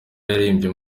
yaririmbye